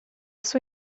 sua